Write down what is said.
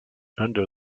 under